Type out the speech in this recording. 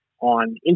on